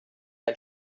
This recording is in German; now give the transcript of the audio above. ein